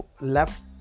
left